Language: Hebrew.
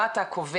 לא אתה קובע.